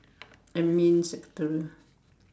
admin secretarial